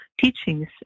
teachings